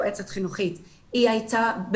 היא הייתה יועצת חינוכית,